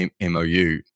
mou